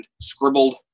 scribbled